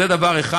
זה דבר אחד.